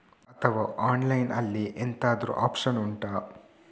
ಅಥವಾ ಆನ್ಲೈನ್ ಅಲ್ಲಿ ಎಂತಾದ್ರೂ ಒಪ್ಶನ್ ಉಂಟಾ